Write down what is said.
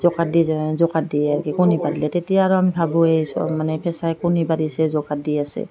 দি দিয়ে কণী পাৰিলে তেতিয়া আৰম ভাবোঁ এই মানে ফেঁচাই কণী পাৰিছে দি আছে